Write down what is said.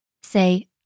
Say